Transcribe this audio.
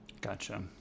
Gotcha